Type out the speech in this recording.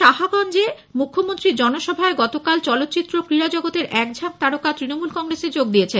সাহাগঞ্জে মুখ্যমন্ত্রীর জনসভায় গতকাল চলচ্চিত্র ও ক্রীড়া জগতের এক ঝাঁক তারকা তৃণমূল কংগ্রেসে যোগ দিয়েছেন